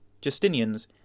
Justinian's